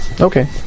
Okay